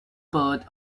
bird